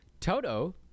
Toto